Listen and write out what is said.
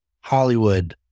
Hollywood